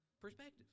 Perspective